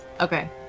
Okay